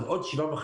אז עוד 7.5%?